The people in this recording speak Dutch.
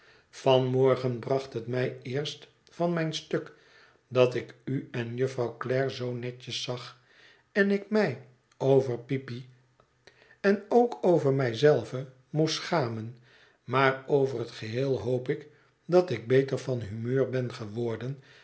van morgen bracht het mij eerst van mijn stuk dat ik u en jufvrouw clare zoo netjes zag en ik mij over peepy en ook over mij zelve moest schamen maar over het geheel hoop ik dat ik beter van humeur ben geworden